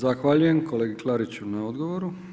Zahvaljujem kolegi Klariću na odgovoru.